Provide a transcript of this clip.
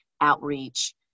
outreach